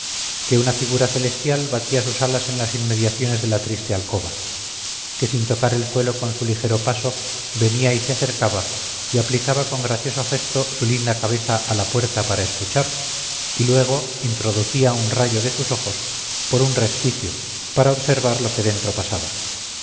que una figura celestial batía sus alas en las inmediaciones de la triste alcoba que sin tocar el suelo con su ligero paso venía y se acercaba y aplicaba con gracioso gesto su linda cabeza a la puerta para escuchar y luego introducía un rayo de sus ojos por un resquicio para observar lo que dentro pasaba